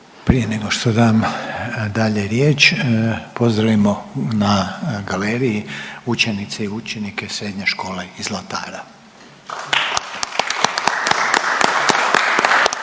Prije nego što dam dalje riječ, pozdravimo na galeriji učenice i učenike Srednje škole iz Zlatara.